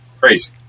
Crazy